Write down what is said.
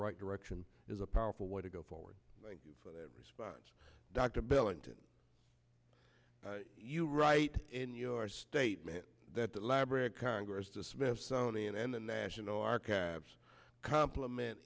right direction is a powerful way to go forward thank you for that response dr billington you write in your statement that the library of congress dismissed some money and and the national archives complement